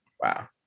Wow